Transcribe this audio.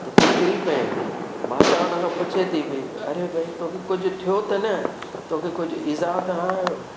त तूं किरी पएं माता हुन खां पुछे थी भई अरे भई तोखे कुझु थियो त न तोखे कुझु ईज़ाउ त न आहियो